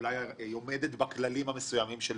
אולי היא עומדת בכללים המסוימים של